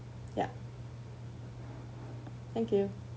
ya thank you